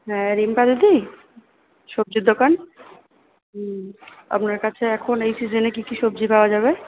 হ্যাঁ রিম্পা দিদি সবজির দোকান আপনার কাছে এখন এই সিজনে কী কী সবজি পাওয়া যাবে